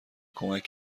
کمک